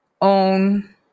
own